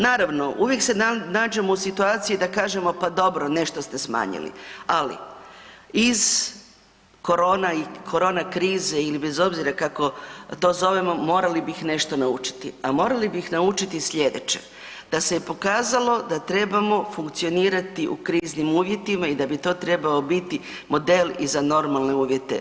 Naravno, uvijek se nađemo u situaciji da kažemo pa dobro nešto ste smanjili, ali iz korona i korona krize ili bez obzira kako to zovemo morali bi ih nešto naučiti, a morali bi ih naučiti slijedeće da se je pokazalo da trebamo funkcionirati u kriznim uvjetima i da bi to trebao biti model i za normalne uvjete.